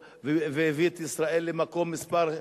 והביא את ישראל למקום מספר,